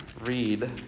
read